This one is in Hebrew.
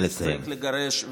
כשנצטרך לגרש,